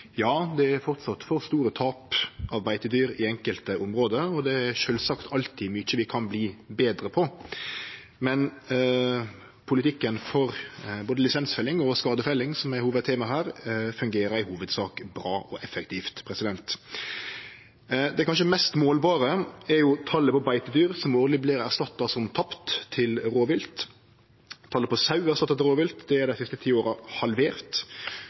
Ja, det er fortsatt for store tap av beitedyr i enkelte område, og det er sjølvsagt alltid mykje vi kan verte betre på, men politikken for både lisensfelling og skadefelling, som er hovudtemaet her, fungerer i hovudsak bra og effektivt. Det kanskje mest målbare er talet på beitedyr som årleg vert erstatta som tapt til rovvilt. Talet på sau erstatta til rovvilt er dei siste ti åra halvert,